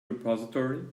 repository